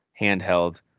handheld